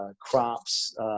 crops